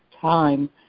time